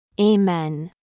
Amen